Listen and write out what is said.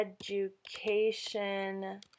education